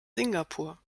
singapur